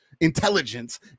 intelligence